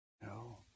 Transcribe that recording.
No